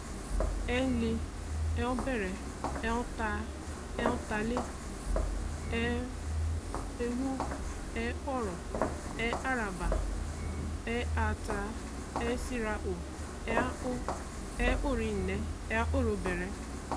er lee er bere, er Haa er Haa lee, er e-wo er o-ro, er aa ra ba er aa Haa, er sie ra o er a-o, er o re nne er oree bere